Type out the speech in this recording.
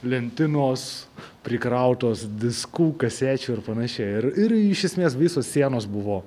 lentynos prikrautos diskų kasečių ir panašiai ir ir iš esmės visos sienos buvo